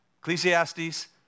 Ecclesiastes